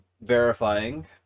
verifying